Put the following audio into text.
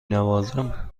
نوازم